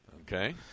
Okay